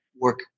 work